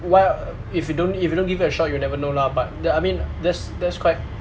well if you don't if you don't give it a shot you never know lah but th~ I mean that's that's quite